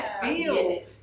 feel